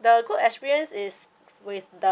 the good experience is with the